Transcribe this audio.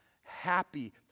happy